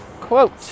Quote